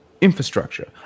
infrastructure